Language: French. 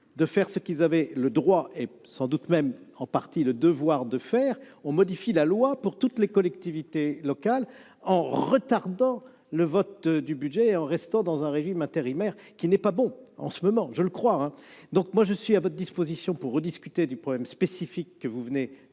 de faire ce qu'ils avaient le droit, et sans doute même le devoir, de faire, on modifie la loi pour toutes les collectivités locales, en retardant le vote du budget et en restant dans un régime intérimaire, qui n'est pas bon en ce moment ; du moins, je le crois. Je suis à votre disposition pour discuter du problème spécifique que vous venez